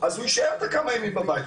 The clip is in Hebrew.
אז הוא יישאר כמה ימים בבית,